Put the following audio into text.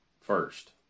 first